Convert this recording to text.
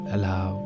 Allow